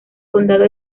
condado